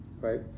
right